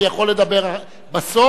הוא יכול לדבר בסוף,